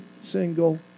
single